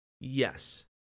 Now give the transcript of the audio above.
yes